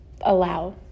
allow